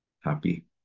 happy